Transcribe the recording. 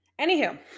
Anywho